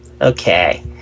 Okay